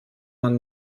man